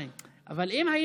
מה זה דרך אגב?